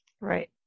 Right